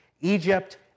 Egypt